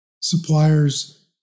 suppliers